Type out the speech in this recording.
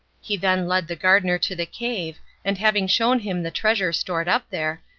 he then led the gardener to the cave, and having shown him the treasure stored up there,